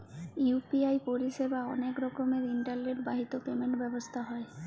UPI পরিসেবা অলেক রকমের ইলটারলেট বাহিত পেমেল্ট ব্যবস্থা হ্যয়